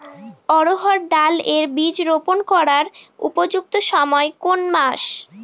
অড়হড় ডাল এর বীজ রোপন করার উপযুক্ত সময় কোন কোন মাস?